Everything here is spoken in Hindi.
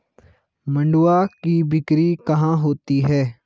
मंडुआ की बिक्री कहाँ होती है?